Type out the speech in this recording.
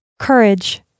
Courage